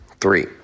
Three